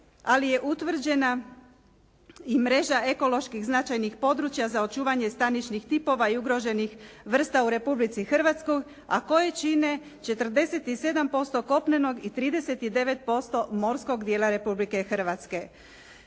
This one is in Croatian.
ali je utvrđena i mreža ekološki značajnih područja za očuvanje stanišnih tipova i ugroženih vrsta u Republici Hrvatskoj, a koje čine 47% kopnenog i 39% morskog dijela Republike Hrvatske.